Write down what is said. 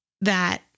that-